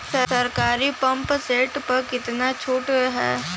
सरकारी pump set प कितना छूट हैं?